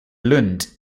lund